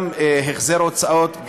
גם החזר הוצאות,